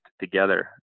together